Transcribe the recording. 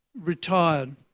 retired